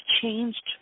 changed